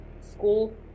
School